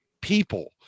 people